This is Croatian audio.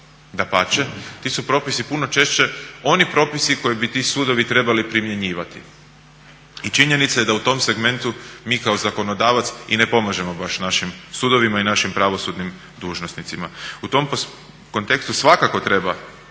dapače, ti su propisi puno češće oni propisi koji bi ti sudovi trebali primjenjivati i činjenica je da u tom segmentu mi kao zakonodavac i ne pomažemo baš našim sudovima i našim pravosudnim dužnosnicima. U tom kontekstu svakako treba